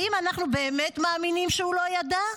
האם אנחנו, באמת, מאמינים שהוא לא ידע,